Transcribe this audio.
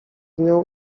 nią